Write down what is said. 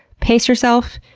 pace yourself.